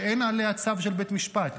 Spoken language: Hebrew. שאין עליה צו של בית משפט,